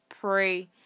pray